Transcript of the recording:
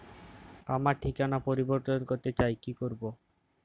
আমার ঠিকানা পরিবর্তন করতে চাই কী করব?